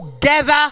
together